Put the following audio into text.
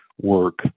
work